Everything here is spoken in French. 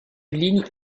ligne